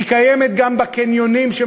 היא קיימת גם בקניונים,